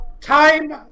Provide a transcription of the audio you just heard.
Time